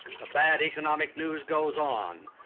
the bad economic news goes on.